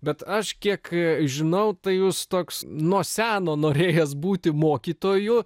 bet aš kiek žinau tai jūs toks nuo seno norėjęs būti mokytoju